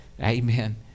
Amen